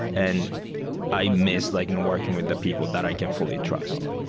and i miss like and working with the people that i can fully trust.